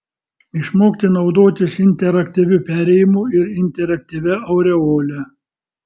išmokti naudotis interaktyviu perėjimu ir interaktyvia aureole